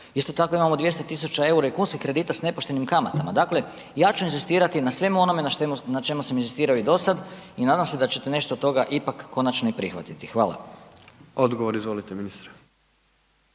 isto tako imamo 200 tisuća eura i kunskih kredita s nepoštenim kamatama. Dakle, ja ću inzistirati na svemu onome na čemu sam inzistirao do sada i nadam se da ćete nešto od toga ipak konačno i prihvatiti. Hvala. **Jandroković, Gordan